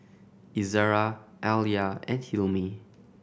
Izzara Alya and Hilmi